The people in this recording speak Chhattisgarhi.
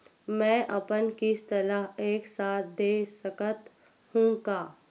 मै अपन किस्त ल एक साथ दे सकत हु का?